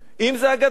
אם הגדר,